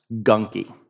gunky